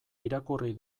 irakurri